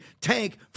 tank